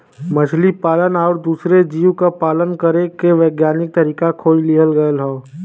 मछली पालन आउर दूसर जीव क पालन करे के वैज्ञानिक तरीका खोज लिहल गयल हौ